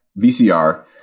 VCR